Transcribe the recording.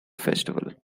festival